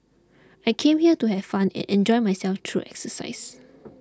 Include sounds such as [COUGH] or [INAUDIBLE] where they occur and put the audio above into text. I came here to have fun and enjoy myself through exercise [NOISE]